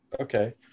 okay